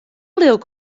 lilk